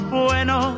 bueno